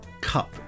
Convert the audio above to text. cup